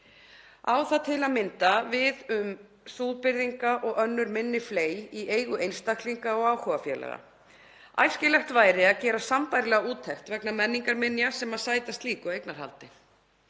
Á það til að mynda við um súðbyrðinga og önnur minni fley í eigu einstaklinga og áhugafélaga. Æskilegt væri að gera sambærilega úttekt vegna menningarminja sem sæta slíku eignarhaldi.